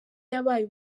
yabaye